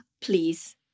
please